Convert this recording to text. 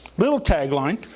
little tagline